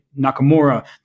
Nakamura